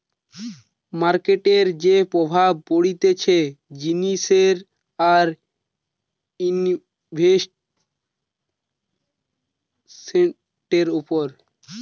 মার্কেটের যে প্রভাব পড়তিছে জিনিসের আর ইনভেস্টান্টের উপর